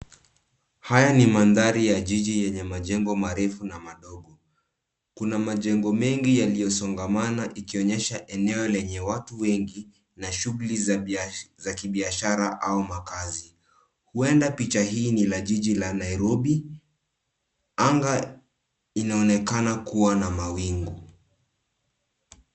Haya ni mandhari ya jiji yenye majengo marefu na madogo. Kuna majengo mengi yaliyosongamana, ikionyesha eneo lenye watu wengi na shughuli za kibiashara au makazi. Huenda picha hii ni la jiji la Nairobi. Anga inaonekana kuwa na mawingu.